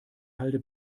halde